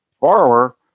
Borrower